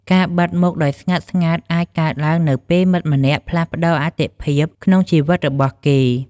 ការបាត់់មុខដោយស្ងាត់ៗអាចកើតឡើងនៅពេលមិត្តម្នាក់ផ្លាស់ប្តូរអាទិភាពក្នុងជីវិតរបស់គេ។